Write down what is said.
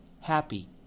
happy